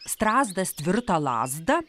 strazdas tvirtą lazdą